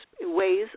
ways